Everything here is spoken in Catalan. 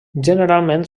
generalment